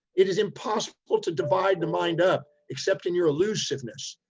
it is impossible to divide the mind up except in your elusiveness.